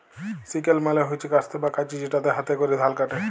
sickle মালে হচ্যে কাস্তে বা কাঁচি যেটাতে হাতে ক্যরে ধাল কাটে